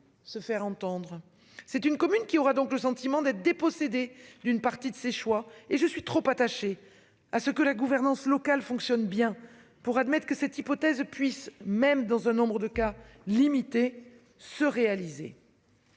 se faire entendre. C'est une commune qui aura donc le sentiment d'être dépossédés d'une partie de ses choix et je suis trop attaché à ce que la gouvernance locale fonctionne bien pour admettent que cette hypothèse puisse même dans un nombre de cas limités se réaliser.